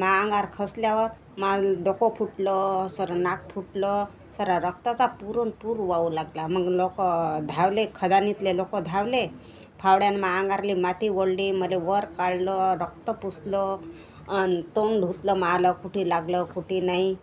माया अंगावर खसल्यावर माअं डोकं फुटलं सारं नाक फुटलं सारं रक्ताचा पुरून पूर वाहू लागला मग लोक धावले खदानीतले लोक धावले फावड्यानं माझ्या अंगावरली माती ओढली मला वर काढलं रक्त पुसलं आणि तोंड धुतलं मला कुठे लागलं कुठे नाही